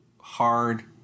hard